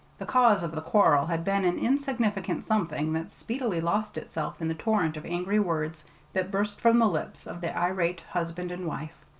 the cause of the quarrel had been an insignificant something that speedily lost itself in the torrent of angry words that burst from the lips of the irate husband and wife,